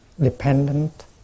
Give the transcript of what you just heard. dependent